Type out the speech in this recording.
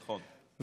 נכון.